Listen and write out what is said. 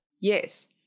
Yes